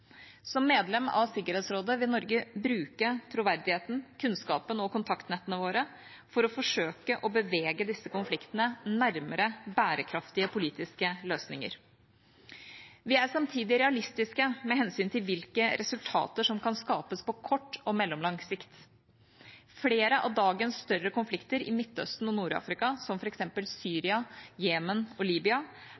Som medlem av Sikkerhetsrådet vil Norge bruke troverdigheten, kunnskapen og kontaktnettene våre for å forsøke å bevege disse konfliktene nærmere bærekraftige politiske løsninger. Vi er samtidig realistiske med hensyn til hvilke resultater som kan skapes på kort og mellomlang sikt. Flere av dagens større konflikter i Midtøsten og Nord-Afrika, som